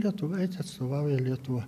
lietuvaitė atstovauja lietuvą